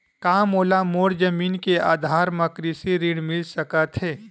का मोला मोर जमीन के आधार म कृषि ऋण मिल सकत हे?